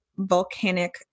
volcanic